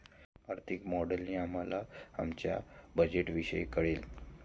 आर्थिक मॉडेलने आम्हाला आमच्या बजेटविषयी कळेल